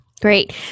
Great